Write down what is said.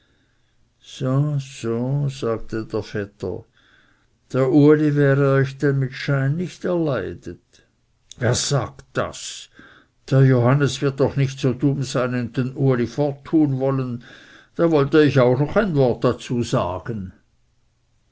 so sagte der vetter dr uli war euch denn mit schein nicht erleidet wer sagt das fragte die frau der johannes wird doch nicht so dumm sein und den uli fort tun wollen da wollte ich auch noch ein wort dazu sagen